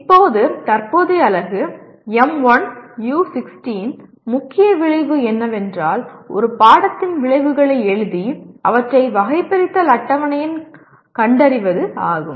இப்போது தற்போதைய அலகு M1U16 முக்கிய விளைவு என்னவென்றால் ஒரு பாடத்தின் விளைவுகளை எழுதி அவற்றை வகைபிரித்தல் அட்டவணையில் கண்டறிவது ஆகும்